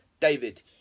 David